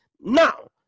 Now